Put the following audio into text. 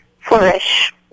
flourish